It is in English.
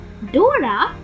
Dora